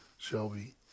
Shelby